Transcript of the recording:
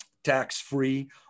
tax-free